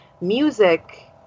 music